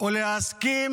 או להסכים